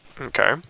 Okay